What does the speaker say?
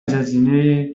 جزیره